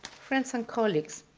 friends and colleagues,